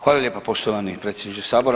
Hvala lijepo poštovani predsjedniče sabora.